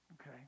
Okay